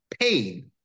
pain